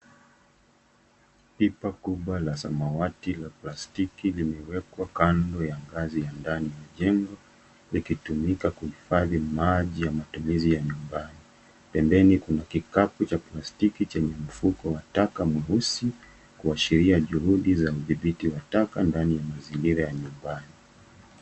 Pipa kubwa la samawati la plastiki limewekwa kando ya ngazi ya ndani ya jengo likitumika kuhifadhi maji ya matumizi ya nyumbani. Pembeni kuna kikapu cha plastiki chenye mfuko wa taka mweusi kuashiria juhudi za udhibiti taka ndani ya mazingira ya nyumbani.